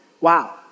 Wow